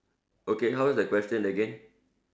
okay how is the question again